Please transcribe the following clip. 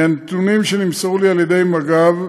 מהנתונים שנמסרו לי ממג"ב,